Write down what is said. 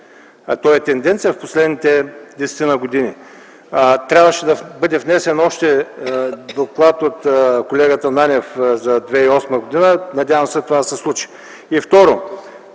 това е тенденция през последните 10-ина години. Трябваше да бъде внесен доклад от колегата Нанев за 2008 г. Надявам се това да се случи.